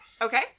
Okay